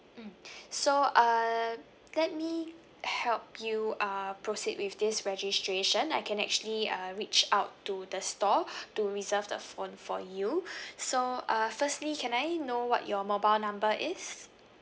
mm so uh let me help you uh proceed with this registration I can actually uh reach out to the store to reserve the phone for you so uh firstly can I know what your mobile number is